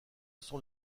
sont